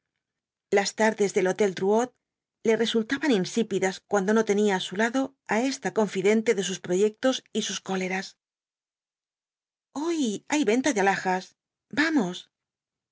las tardes del hotel drouot le resultaban insípidas cuando no tenía á su lado á esta confidente de sus proyectos y sus cóleras hoy hay venta de alhajas vamos